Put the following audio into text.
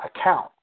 account